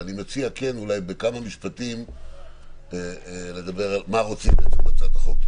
אבל אני מציע כן אולי בכמה משפטים לדבר על מה רוצים בעצם בהצעת החוק,